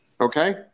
okay